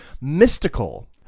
mystical